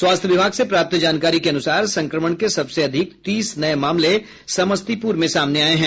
स्वास्थ्य विभाग से प्राप्त जानकारी के अनुसार संक्रमण के सबसे अधिक तीस नये मामले समस्तीपुर में सामने आये हैं